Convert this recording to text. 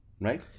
Right